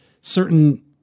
certain